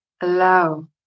allow